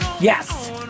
Yes